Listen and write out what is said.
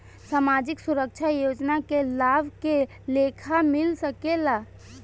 सामाजिक सुरक्षा योजना के लाभ के लेखा मिल सके ला?